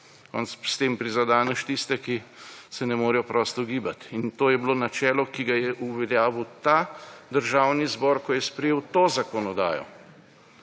S tem prizadeneš tiste, ki se ne morejo prosto gibati, in to je bilo načelo, ki ga je uveljavil ta državni zbor, ko je sprejel to zakonodajo.